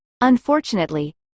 Unfortunately